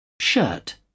Shirt